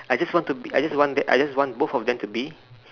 I just want to be I just want that I just want both of them to be